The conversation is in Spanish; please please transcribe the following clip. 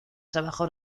trabajos